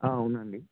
అవునండి